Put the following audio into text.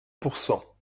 pourcent